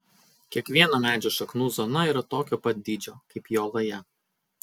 kiekvieno medžio šaknų zona yra tokio pat dydžio kaip jo laja